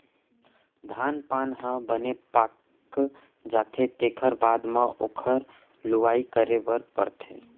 धान पान ह बने पाक जाथे तेखर बाद म ओखर लुवई करे बर परथे